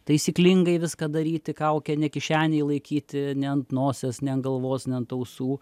taisyklingai viską daryti kaukę ne kišenėj laikyti ne ant nosies ne ant galvos ne ant ausų